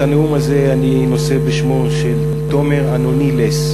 את הנאום הזה אני נושא בשמו של תומר אנונילס,